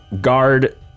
Guard